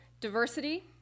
diversity